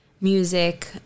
music